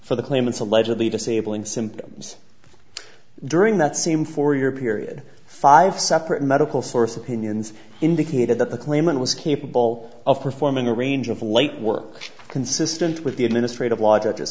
for the claimants allegedly disabling symptoms during that same four year period five separate medical sources pinions indicated that the claimant was capable of performing a range of late work consistent with the administrative law judge